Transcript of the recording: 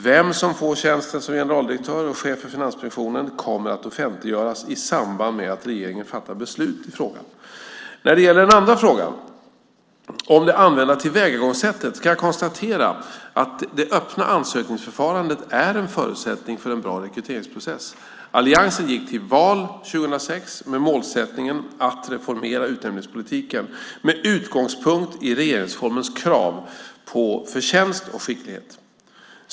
Vem som får tjänsten som generaldirektör och chef för Finansinspektionen kommer att offentliggöras i samband med att regeringen fattar beslut i frågan. När det gäller den andra frågan, om det använda tillvägagångssättet, kan jag konstatera att det öppna ansökningsförfarandet är en förutsättning för en bra rekryteringsprocess. Alliansen gick till val 2006 med målsättningen att reformera utnämningspolitiken, med utgångspunkt i regeringsformens krav på förtjänst och skicklighet.